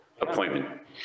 appointment